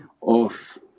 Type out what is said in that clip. off